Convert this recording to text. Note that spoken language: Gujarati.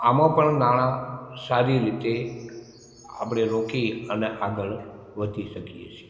આમાં પણ નાણાં સારી રીતે આપણે રોકી અને આગળ વધી શકીએ છીએ